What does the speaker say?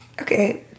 Okay